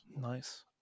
nice